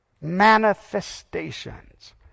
Manifestations